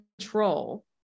control